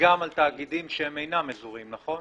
וגם על תאגידים שהם אינם אזוריים, נכון.